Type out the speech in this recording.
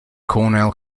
cornell